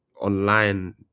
online